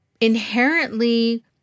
inherently